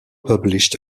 published